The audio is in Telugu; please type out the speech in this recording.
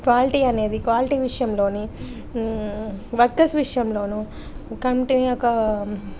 క్వాలిటీ అనేది క్వాలిటీ విషయంలోని వర్కర్స్ విషయంలోనూ కంపనీ యొక్క